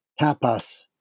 tapas